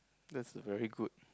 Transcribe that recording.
that's very good